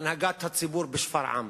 הנהגת הציבור בשפרעם,